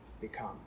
become